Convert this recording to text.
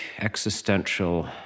existential